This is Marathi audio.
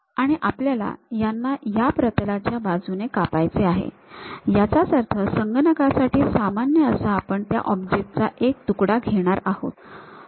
आणि आपल्याला याना या प्रतलाच्या बाजूने कापायचे आहे याचाच अर्थ संगणकासाठी सामान्य असा आपण त्या ऑब्जेक्ट चा एक तुकडा घेणार आहोत